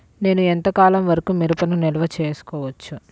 నేను ఎంత కాలం వరకు మిరపను నిల్వ చేసుకోవచ్చు?